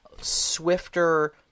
swifter